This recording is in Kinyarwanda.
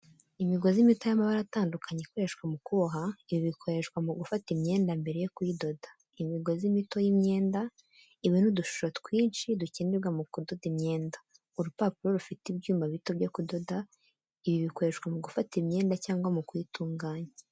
Imigozi mito y’amabara atandukanye ikoreshwa mu kuboha, ibi bikoreshwa mu gufata imyenda mbere yo kuyidoda. Imigozi mito y’imyenda. Ibi ni udushusho twinshi dukenerwa mu kudoda imyenda. Urupapuro rufite ibyuma bito byo kudoda, ibi bikoreshwa mu gufata imyenda cyangwa mu kuyitunganya.